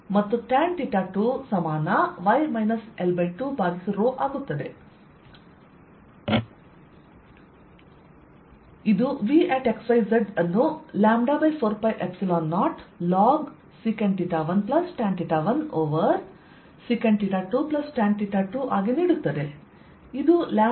L→∞ 1yL2 tan 1yL2 tan 2y L2 ಇದು Vx y z ಅನ್ನು λ4π0 log sec 1 tan 1 over sec 2 tan 2 ಆಗಿ ನೀಡುತ್ತದೆ